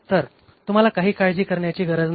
तर तुम्हाला काही काळजी करायची गरज नाही